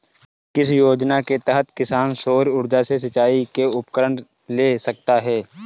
किस योजना के तहत किसान सौर ऊर्जा से सिंचाई के उपकरण ले सकता है?